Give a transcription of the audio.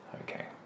Okay